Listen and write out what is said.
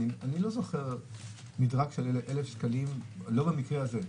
אני לא זוכר מדרג של 1,000 שקלים, לא במקרה הזה.